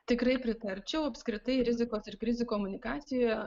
tikrai pritarčiau apskritai rizikos ir krizių komunikacija